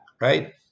right